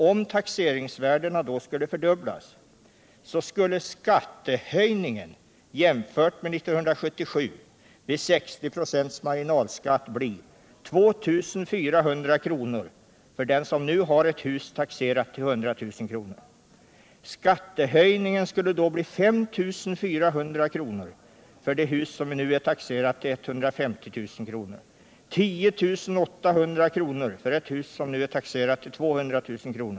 Om taxeringsvärdena då skulle fördubblas skulle skattehöjningen jämfört med 1977 vid 60 926 marginalskatt bli 2400 kr. för den som har ett hus som nu är taxerat till 100 000 kr. Skattehöjningen skulle bli 5 400 kr. för ett hus som nu är taxerat till 150 000 kr., 10 800 kr. för ett hus som nu är taxerat till 200 000 kr.